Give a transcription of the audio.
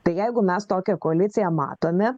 tai jeigu mes tokią koaliciją matome